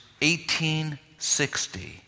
1860